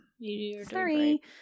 sorry